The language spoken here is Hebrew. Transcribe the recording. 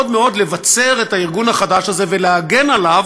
מאוד מאוד לבצר את הארגון החדש הזה ולהגן עליו,